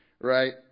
right